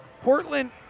portland